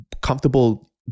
comfortable